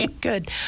good